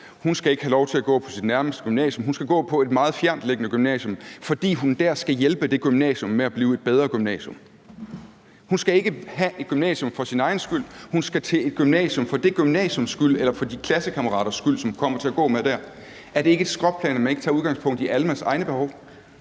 ikke skal have lov til at gå på sit nærmeste gymnasium; hun skal gå på et meget fjerntliggende gymnasium, fordi hun dér skal hjælpe det gymnasium med at blive et bedre gymnasium. Hun skal ikke gå på et gymnasium for sin egen skyld; hun skal til et gymnasium for det gymnasiums skyld eller for de klassekammeraters skyld, som hun kommer til at gå med dér. Er det ikke et skråplan, at man ikke tager udgangspunkt i Almas egne behov?